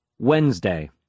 Wednesday